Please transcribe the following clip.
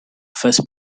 first